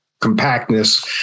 compactness